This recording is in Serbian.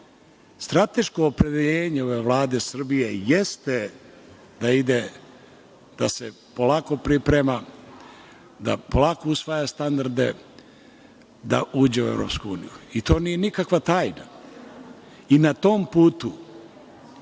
Strateško opredeljenje ove Vlade Srbije jeste da se polako priprema, da polako usvaja standarde da uđe u Evropsku uniju. To nije nikakva tajna. Na tom putu